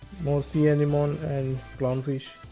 more sea anemone and clown fish